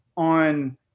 on